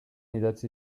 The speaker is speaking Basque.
idatzi